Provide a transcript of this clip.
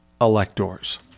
electors